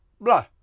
blah